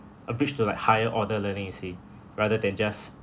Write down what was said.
a bridge to like higher order learning you see rather than just